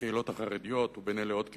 הקהילות החרדיות, ובין אלה עוד קהילות,